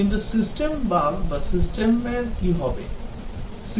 কিন্তু system bug এর কি হবে